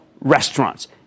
restaurants